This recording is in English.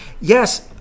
yes